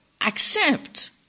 accept